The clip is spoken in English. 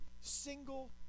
single